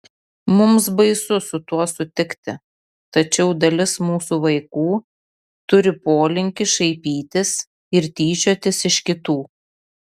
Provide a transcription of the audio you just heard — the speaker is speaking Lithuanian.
mums baisu su tuo sutikti tačiau dalis mūsų vaikų turi polinkį šaipytis ir tyčiotis iš kitų